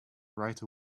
right